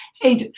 Hey